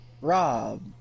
Rob